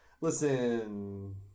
listen